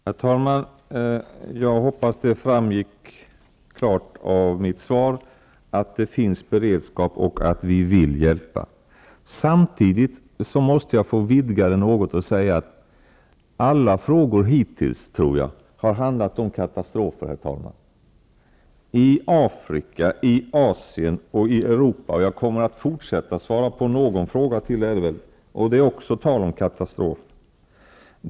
Herr talman! Jag hoppas att det framgick klart av mitt svar att det finns en beredskap och att vi vill hjälpa. Samtidigt måste jag, herr talman, få vidga debatten något och säga att de flesta av de frågor som jag i dag besvarar handlar om katastrofer -- i Afrika, i Asien och i Europa.